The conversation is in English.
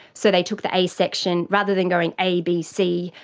so they took the a section, rather than going abc,